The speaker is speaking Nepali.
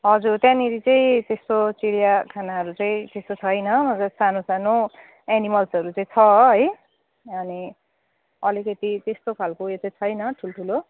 हजुर त्यहाँनिर चाहिँ त्यस्तो चिडियाखानाहरू चाहिँ त्यस्तो छैन जस् सानो सानो एनिमल्सहरू चाहिँ छ है अनि अलिकति त्यस्तो खालको उयो चाहिँ छैन ठुल्ठुलो